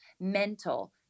mental